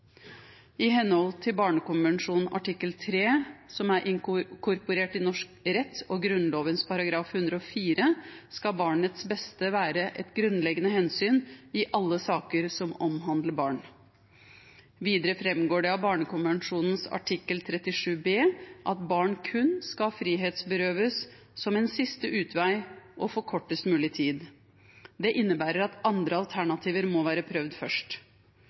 I henhold til barnekonvensjonen artikkel 3, som er inkorporert i norsk rett og i Grunnloven § 104, skal barnets beste være et grunnleggende hensyn i alle saker som omhandler barn. Videre framgår det av barnekonvensjonen artikkel 37b at barn kun skal frihetsberøves som en siste utvei og for kortest mulig tid. Det innebærer at andre alternativer må være prøvd først.